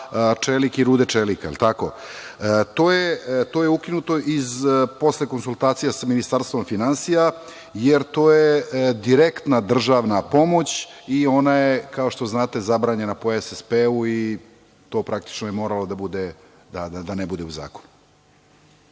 čelik i rude čelika, jel tako? To je ukinuto posle konsultacija sa Ministarstvom finansija, jer to je direktna državna pomoć i ona je, kao što znate, zabranjena po SSP i to je praktično moralo da ne bude u zakonu.